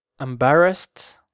embarrassed